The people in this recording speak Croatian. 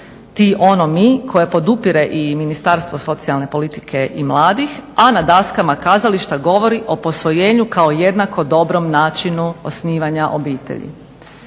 ti, ono, mi, koje podupire i Ministarstvo socijalne politike i mladih a na daskama kazališta govori o posvojenju kao jednako dobrom načinu osnivanja obitelji.